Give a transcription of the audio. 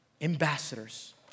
ambassadors